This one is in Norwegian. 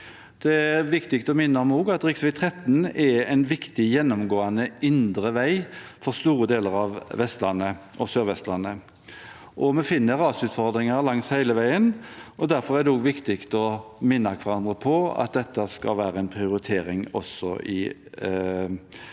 Det er også viktig å minne om at rv. 13 er en viktig gjennomgående indre vei for store deler av Vestlandet og Sør-Vestlandet. Vi finner rasutfordringer langs hele veien, og derfor er det viktig å minne hverandre på at dette skal være en prioritering også